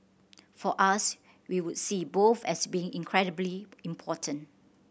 for us we would see both as being incredibly important